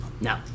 No